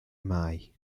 mai